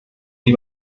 die